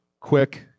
quick